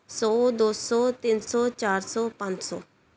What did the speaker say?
ਸੌ ਦੋ ਸੌ ਤਿੰਨ ਸੌ ਚਾਰ ਸੌ ਪੰਜ ਸੌ